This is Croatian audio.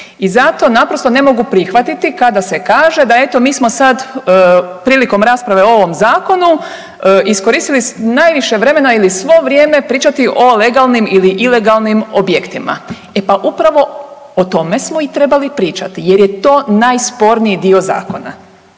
I zato naprosto ne mogu prihvatiti kada se kaže da eto mi sad prilikom rasprave o ovom zakonu iskoristiti najviše vremena ili svo vrijeme pričati o legalnim ili ilegalnim objektima. E upravo o tome smo i trebali pričati jer je to najsporniji dio zakona,